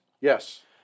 Yes